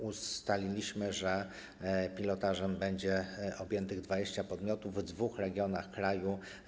Ustaliliśmy, że pilotażem będzie objętych 20 podmiotów w dwóch regionach kraju.